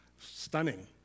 Stunning